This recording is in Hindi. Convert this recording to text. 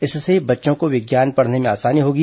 इससे बच्चों को विज्ञान पढ़ने में आसानी होगी